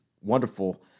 wonderful